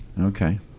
Okay